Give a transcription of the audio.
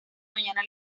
mañana